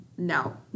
No